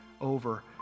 over